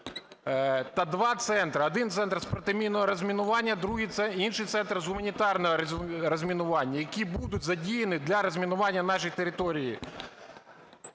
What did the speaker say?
та два центри: один центр з протимінного розмінування, інший центр з гуманітарного розмінування, які будуть задіяні для розмінування нашої території.